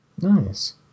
Nice